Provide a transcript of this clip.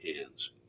hands